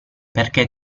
perché